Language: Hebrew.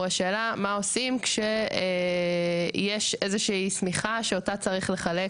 השאלה מה עושים כשיש איזושהי שמיכה שאותה צריך לחלק